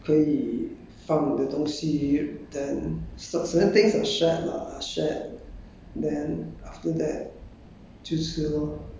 然后你就回来了就可以放你的东西 then certain things are shared lah are shared